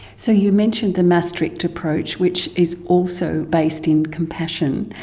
so you mentioned the maastricht approach, which is also based in compassion.